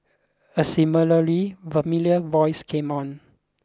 a seemingly familiar voice came on